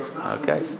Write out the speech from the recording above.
Okay